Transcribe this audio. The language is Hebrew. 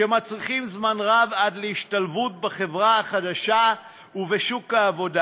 שמצריכים זמן רב עד להשתלבות בחברה החדשה ובשוק העבודה.